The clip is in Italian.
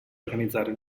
organizzare